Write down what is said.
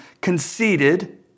conceited